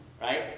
right